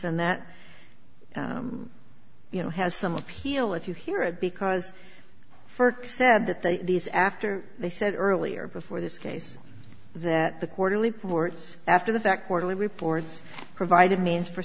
and that you know has some appeal with you here and because for said that they these after they said earlier before this case that the quarterly reports after that quarterly reports provided means for